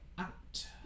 out